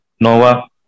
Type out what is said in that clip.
Nova